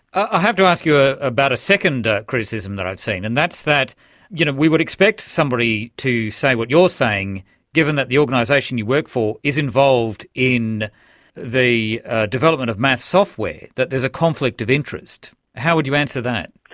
i have to ask you ah about a second criticism that i've seen, and that is that you know we would expect somebody to say what you're saying given that the organisation you work for is involved in the development of maths software, that there is a conflict of interest. how would you answer that?